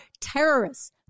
terrorists